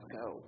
go